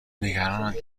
نگرانند